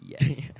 Yes